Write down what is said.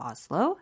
Oslo